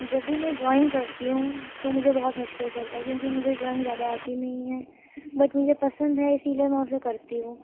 جب بھی میں ڈرائنگ کرتی ہوں تو مجھے بہت مشکل پڑتا ہے کیونکہ مجھے ڈرائنگ زیادہ آتی نہیں ہے بٹ مجھے پسند ہے اسی لئے میں اسے کرتی ہوں